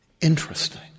Interesting